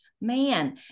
man